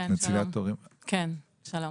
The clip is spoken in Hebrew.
לצערי